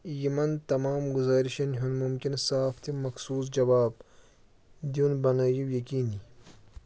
یِمن تمام گُزٲرِشن ہُنٛد مُمكِنہٕ صاف تہٕ مخصوٗص جَواب دیُن بَنٲوِو یقیٖنی